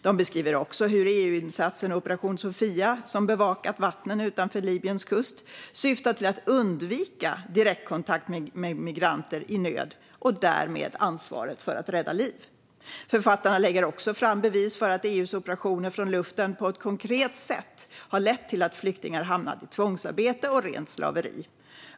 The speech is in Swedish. De beskriver också hur EU-insatsen Operation Sophia, som bevakat vattnen utanför Libyens kust, syftar till att undvika direktkontakt med migranter i nöd - och därmed ansvaret för att rädda liv. Författarna lägger även fram bevis för att EU:s operationer från luften på ett konkret sätt har lett till att flyktingar har hamnat i tvångsarbete och rent slaveri.